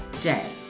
day